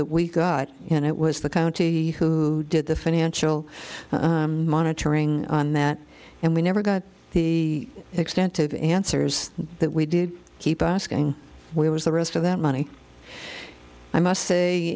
that we got and it was the county who did the financial monitoring on that and we never got the extent of answers that we did keep asking where was the rest of that money i must say